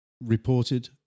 reported